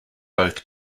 both